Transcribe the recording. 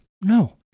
No